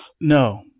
No